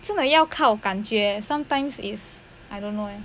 真的要靠感觉 sometimes is I don't know eh